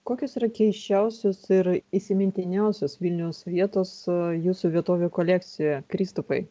kokios yra keisčiausios ir įsimintiniausios vilniaus vietos su jūsų vietovių kolekcijoje kristupai